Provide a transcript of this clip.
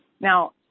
Now